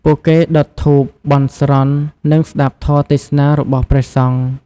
ពួកគេដុតធូប បន់ស្រន់ និងស្តាប់ធម៌ទេសនារបស់ព្រះសង្ឃ។